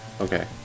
Okay